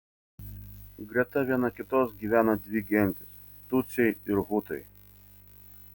greta viena kitos gyvena dvi gentys tutsiai ir hutai